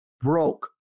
broke